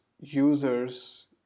users